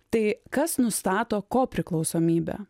tai kas nustato kopriklausomybę